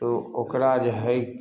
तऽ ओकरा जे हइ